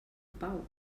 pau